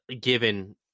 given